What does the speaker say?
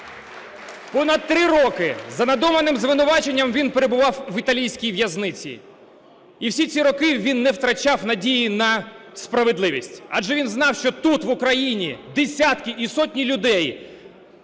Понад три роки за надуманим звинуваченням він перебував в італійській в'язниці, і всі ці роки він не втрачав надії на справедливість. Адже він знав, що тут, в Україні, десятки і сотні людей